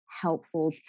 helpful